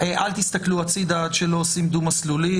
אל תסתכלו הצידה עד שלא עושים דו-מסלולי,